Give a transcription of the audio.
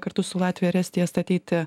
kartu su latvija ir estija statyti